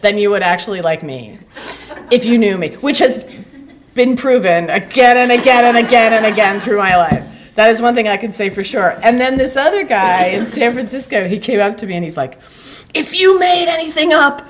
than you would actually like me if you knew me which has been proven and i get it i may get it again and again through iowa that is one thing i can say for sure and then this other guy in san francisco he came out to be and he's like if you made anything up